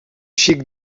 xic